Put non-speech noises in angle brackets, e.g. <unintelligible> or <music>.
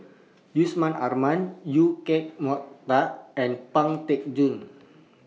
Yusman Aman EU Keng Mun <unintelligible> and Pang Teck Joon